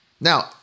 Now